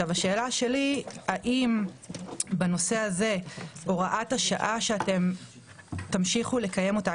השאלה שלי היא האם בנושא הזה הוראת השעה שאתם תמשיכו לקיים אותה,